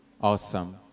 Awesome